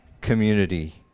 community